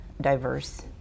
diverse